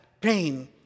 pain